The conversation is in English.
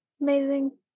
Amazing